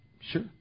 Sure